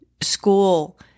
school